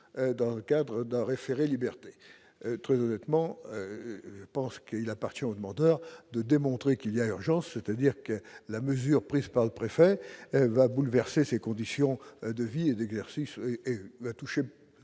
dans le cadre d'un référé-liberté très bon je pense que il appartient aux demandeurs de démontrer qu'il y a urgence, c'est-à-dire que la mesure prise par le préfet va bouleverser ses conditions de vie et d'exercice et toucher,